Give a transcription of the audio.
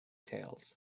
tales